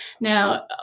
Now